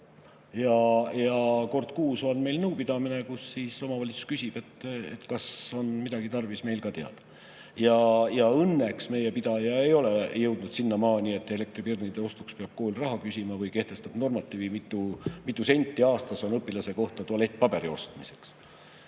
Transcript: Ja kord kuus on meil nõupidamine, kus siis omavalitsus küsib, kas on midagi tarvis neil ka teada. Ja õnneks meie pidaja ei ole jõudnud sinnamaani, et elektripirnide ostuks peab kool raha küsima või on kehtestatud normatiiv, mitu senti aastas õpilase kohta on tualettpaberi ostmiseks.